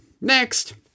Next